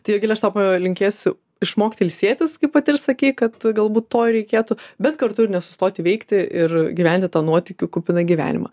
tai jogile aš tau palinkėsiu išmokti ilsėtis kaip pati ir sakei kad galbūt to reikėtų bet kartu ir nesustoti veikti ir gyventi tą nuotykių kupiną gyvenimą